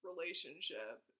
relationship